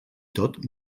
tot